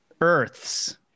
Earths